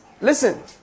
Listen